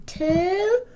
Two